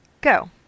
go